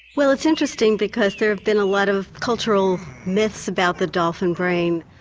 well it's interesting because there have been a lot of cultural myths about the dolphin brain.